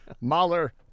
Mahler